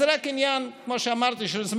אז כמו שאמרתי, זה רק עניין של זמן.